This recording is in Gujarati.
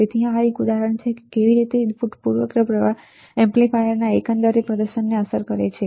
તેથી આ એક ઉદાહરણ છે કે કેવી રીતે ઇનપુટ પૂર્વગ્રહ પ્રવાહ એમ્પ્લીફાયરના એકંદર પ્રદર્શનને અસર કરે છે